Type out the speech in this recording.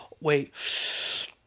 Wait